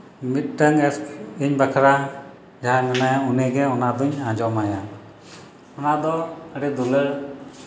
ᱢᱤᱫᱴᱟᱹᱝ ᱜᱮ ᱤᱧ ᱵᱟᱠᱷᱨᱟ ᱡᱟᱦᱟᱸᱭ ᱢᱮᱱᱟᱭᱟ ᱩᱱᱤ ᱜᱮᱧ ᱟᱡᱚᱢ ᱟᱭᱟ ᱚᱱᱟ ᱫᱚ ᱟᱹᱰᱤ ᱫᱩᱞᱟᱹᱲ